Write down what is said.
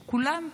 שכולם,